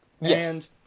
Yes